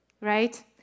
Right